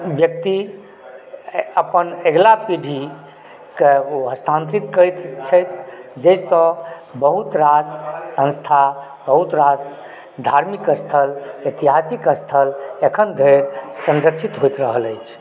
व्यक्ति अपन अगिला पीढ़ीकेँ ओ हस्तान्तरित करैत छथि जाहिसँ बहुत रास संस्था बहुत रास धार्मिक स्थल ऐतिहासिक स्थल एखन धरि संरक्षित होइत रहल अछि